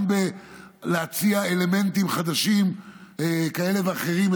גם בלהציע אלמנטים חדשים כאלה ואחרים,